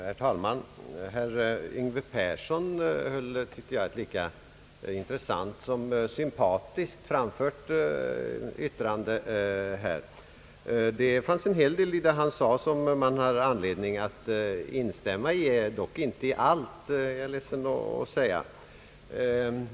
Herr talman! Herr Yngve Persson höll, tyckte jag, ett lika intressant som sympatiskt framfört anförande här. Det fanns en hel del i det han sade som man har anledning att instämma i, dock inte i allt, är jag ledsen att säga.